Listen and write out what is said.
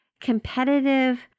competitive